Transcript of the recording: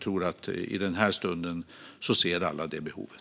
I den här stunden tror jag att alla ser det behovet.